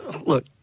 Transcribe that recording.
look